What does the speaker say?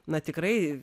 na tikrai